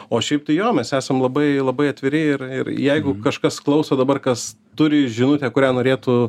o šiaip tai jo mes esam labai labai atviri ir ir jeigu kažkas klauso dabar kas turi žinutę kurią norėtų